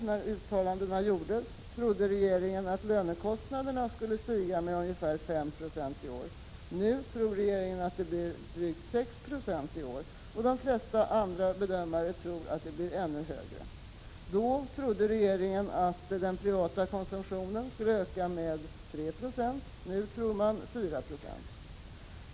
När uttalandena gjordes trodde regeringen att lönekostnaderna skulle stiga med ungefär 5 96 i år, nu tror regeringen att det blir drygt 6 260 och de flesta andra bedömare tror att ökningen blir ännu större. Då trodde regeringen att den privata konsumtionen skulle öka med 3 Je, nu tror man att det blir 4 26.